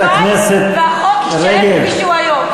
הלוואי שהחוק יישאר כפי שהוא היום,